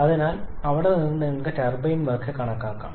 അതിനാൽ അവിടെ നിന്ന് നിങ്ങൾക്ക് ടർബൈൻ വർക്ക് കണക്കാക്കാം